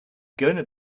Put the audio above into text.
gonna